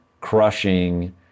crushing